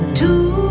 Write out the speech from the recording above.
two